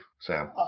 Sam